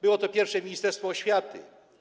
Było to pierwsze ministerstwo oświaty.